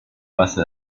pasta